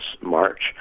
March